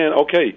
okay